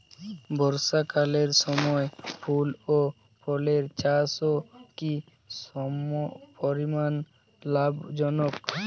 বর্ষাকালের সময় ফুল ও ফলের চাষও কি সমপরিমাণ লাভজনক?